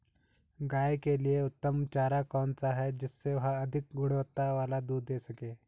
गाय के लिए उत्तम चारा कौन सा है जिससे वह अधिक गुणवत्ता वाला दूध दें सके?